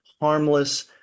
harmless